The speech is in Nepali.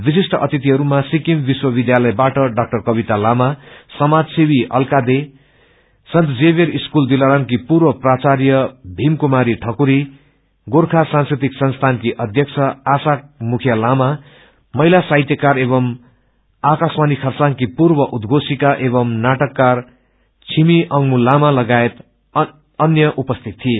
विशिष्ठ अतिथिहरूमा सिकिम विश्वविष्यालयबाअ डाक्टर क्रविता लामासमाज सेवी अताक्र दे सन्त जवियर स्कूल दिलारामकी पूर्व प्रार्चाय भीम कुमारी ठकुरी गोर्खा सांस्कृतिक संसीन वी अध्यक् आशा मुखिया लामा महिला साहित्यकार एवं आकाशवाणी खरसाङ्की पूर्व उदयोषिका एवं नाअककार छिमी अंगमू लामा लागायत अ अन्य उपस्थित थिए